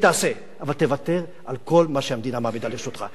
תעשה, אבל תוותר על כל מה שהמדינה מעמידה לרשותך.